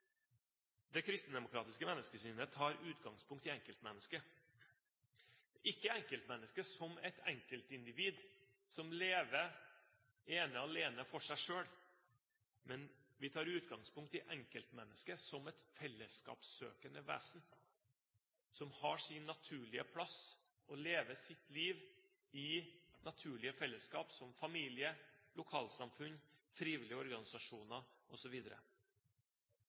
Det kristendemokratiske menneskesynet tar utgangspunkt i enkeltmennesket – ikke enkeltmennesket som et enkeltindivid som lever ene og alene for seg selv, men vi tar utgangspunkt i enkeltmennesket som et fellesskapssøkende vesen som har sin naturlige plass og lever sitt liv i naturlige fellesskap som familie, lokalsamfunn, frivillige organisasjoner